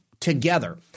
together